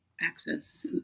access